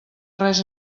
res